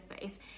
face